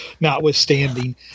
notwithstanding